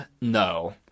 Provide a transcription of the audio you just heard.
No